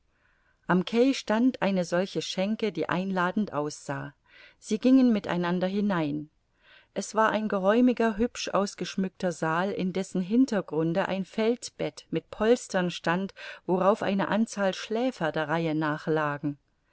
am quai stand eine solche schenke die einladend aussah sie gingen mit einander hinein es war ein geräumiger hübsch ausgeschmückter saal in dessen hintergrunde ein feldbett mit polstern stand worauf eine anzahl schläfer der reihe nach